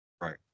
Right